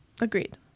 Agreed